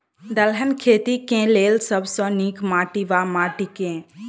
दलहन खेती केँ लेल सब सऽ नीक माटि वा माटि केँ?